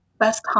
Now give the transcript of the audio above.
best